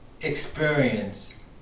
experience